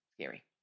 scary